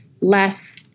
less